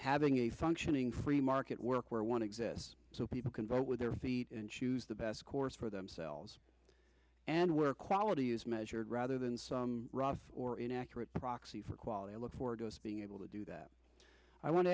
having a functioning free market work where one exists so people can vote with their feet and choose the best course for themselves and where quality is measured rather than some raw or inaccurate proxy for quality i look forward to being able to do that i want to